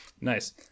Nice